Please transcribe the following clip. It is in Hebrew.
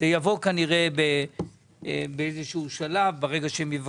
יבוא כנראה באיזה שהוא שלב ברגע שיבקשו.